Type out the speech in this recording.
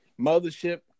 Mothership